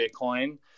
Bitcoin